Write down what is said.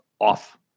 off